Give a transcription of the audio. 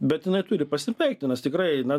bet jinai turi pasibaigti nes tikrai na